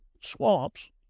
swamps